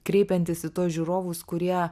kreipiantis į tuos žiūrovus kurie